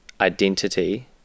identity